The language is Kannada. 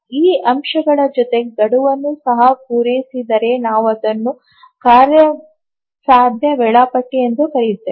ಈ ಅಂಶಗಳ ಜೊತೆಗೆ ಗಡುವನ್ನು ಸಹ ಪೂರೈಸಿದರೆ ನಾವು ಅದನ್ನು ಕಾರ್ಯಸಾಧ್ಯ ವೇಳಾಪಟ್ಟಿ ಎಂದು ಕರೆಯುತ್ತೇವೆ